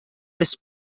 bis